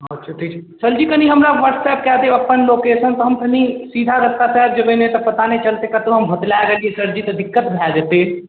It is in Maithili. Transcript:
अच्छा ठीक छै सरजी कनी हमरा व्हाट्सएप कए देब अप्पन लोकेशन तऽ हम कनी सीधा रस्ता से आबि जेबै नहि तऽ पता नहि चलतै कत्तौ हम भोतलाए गेलियै सरजी तऽ दिक्कत भए जेतै